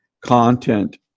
content